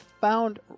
found